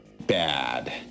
bad